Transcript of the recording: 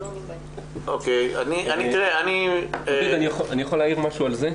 אני יכול להעיר משהו על זה?